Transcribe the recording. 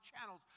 channels